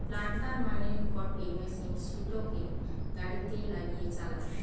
planter মানে গটে machine সিটোকে গাড়িতে লাগিয়ে চালায়